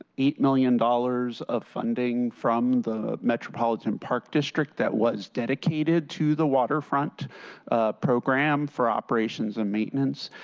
eight million dollars of funding from the metropolitan park district that was dedicated to the waterfront program for operations and maintenance.